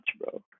bro